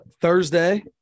Thursday